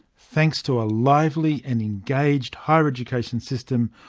thanks to a lively and engaged higher education system,